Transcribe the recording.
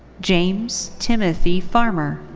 james timothy farmer.